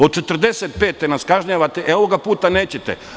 Od 1945. godine nas kažnjavate, a ovoga puta nećete.